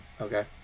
Okay